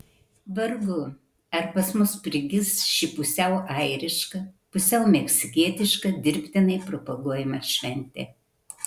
vargu ar pas mus prigis ši pusiau airiška pusiau meksikietiška dirbtinai propaguojama šventė